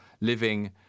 living